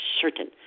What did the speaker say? certain